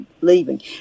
leaving